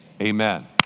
amen